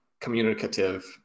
communicative